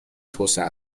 توسعه